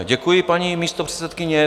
Děkuji, paní místopředsedkyně.